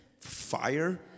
Fire